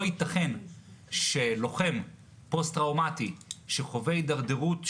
ייתכן שלוחם פוסט-טראומטי שחווה הידרדרות,